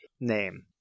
name